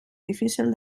difícil